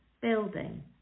building